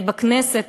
בכנסת,